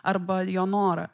arba jo norą